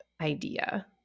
idea